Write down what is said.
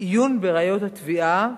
עיון בראיות התביעה,